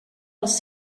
els